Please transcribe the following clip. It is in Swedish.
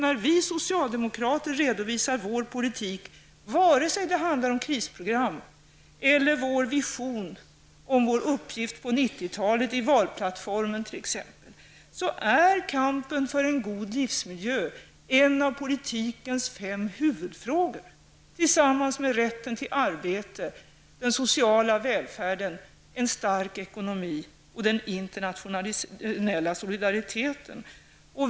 När vi socialdemokrater redovisar vår politik -- vare sig det handlar om krisprogram eller vår vision i valplattformen om vår uppgift på 90-talet -- är kampen för en god livsmiljö en av politikens fem huvudfrågor tillsammans med rätten till arbete, den sociala välfärden, en stark ekonomi och den internationella solidariteten.